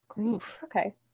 okay